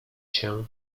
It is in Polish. cię